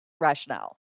rationale